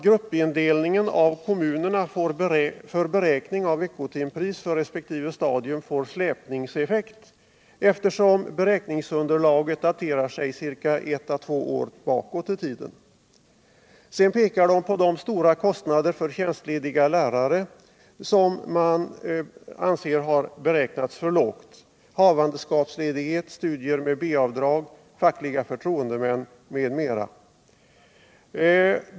Gruppindelningen av kommunerna för beräkning av veckotimpriset på resp. stadium får släpningseffekt. eftersom beräkningsunderlaget daterar sig ett å två år bakåt i tiden. Vidare pekar dessa kommuner på kostnaderna för tjänstlediga lärare, som man anscr har beräknats för lågt. Det gäller havandeskapsledighet, ledighet för studier med B-avdrag, tjänstledighet för fackliga förtroendemän m.m.